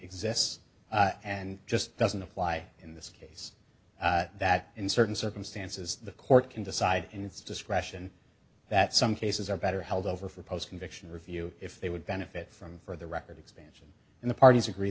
exists and just doesn't apply in this case that in certain circumstances the court can decide in its discretion that some cases are better held over for post conviction review if they would benefit from for the record expansion and the parties agree